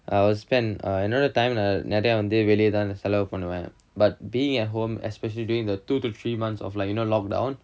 I will spend uh என்னோட:ennoda time நா நெறைய வந்து வெளிய தான் செலவு பண்ணுவன்:na neraya vanthu veliya than selavu pannuvan but being at home especially the two to three months of like you know lockdown